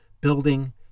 building